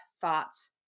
thoughts